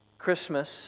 Christmas